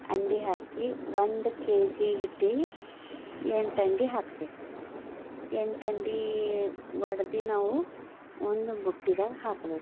ಅಂಡಾ ಹಾಕಿ ಒಂದು K G ಹಿಟ್ಟಿಗೆ ಎಂಟು ಅಂಡಾ ಹಾಕ್ಬೇಕು ಎಂಟು ಅಂಡಾ ಒಡೆದು ನಾವು ಒಂದು ಬುಟ್ಟಿಯಾಗ ಹಾಕಬೇಕು